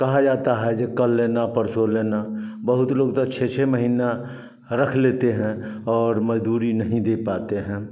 कहा जाता है जे कल लेना परसों लेना बहुत लोग तो छः छः महीना रख लेते हैं और मज़दूरी नहीं दे पाते हैं